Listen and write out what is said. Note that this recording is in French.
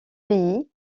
pays